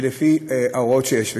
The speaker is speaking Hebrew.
ולפי ההוראות שיש.